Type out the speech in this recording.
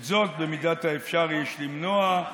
את זאת, במידת האפשר, יש למנוע,